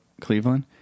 Cleveland